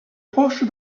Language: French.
proche